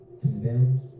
Condemned